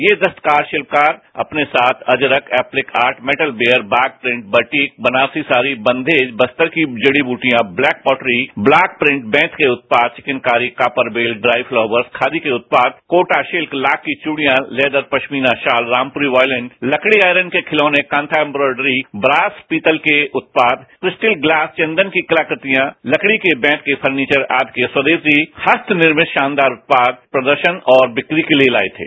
ये दस्तकार शिल्पकार अपने साथ अजरख ऐ सिक art metal ware Bagh print batik Banarasi sari Bandhej Bastar की जड़ी बूटियां ब्लैक पॉटरी ब्लॉक प्रिंट बेंत बांस के उत्पाद विकनकारी copper bell dry flowers khadi के उत्पाद कोटा सिल्क लाख की चूड़ियाँ लेदर पश्मीना शाल रामपूरी वायलिन लकड़ी आयरन के खिलौने कांधा एम्ब्रोइडरी ब्रास पीतल के उत्पाद क्रिस्टल ग्लास चन्दन की कलाकृतियाँ लकड़ी बेंत के फर्नीचर आदि के स्वदेशी हस्तनिर्मित शानदार उत्पाद प्रदर्शन एवं बिक्री के लिए ले कर आये